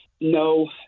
No